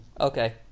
Okay